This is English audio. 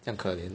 这样可怜